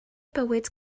bywyd